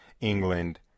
England